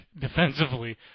defensively